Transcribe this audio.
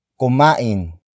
Kumain